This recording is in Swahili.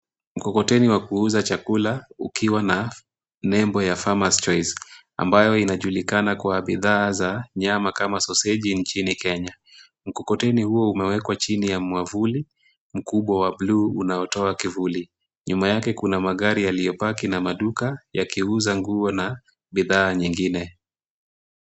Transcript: Mkokoteni wa kuuza chakula ukiwa na nembo ya farmer's choice ambayo inajulikana kwa bidhaa za nyama kama soseji nchini Kenya. Mkokoteni huo umewekwa chini ya mwavuli mkubwa wa bluu unaotoa kivuli. Nyuma yake kuna magari yaliyopaki na maduka yakiuza nguo na bidhaa nyingine.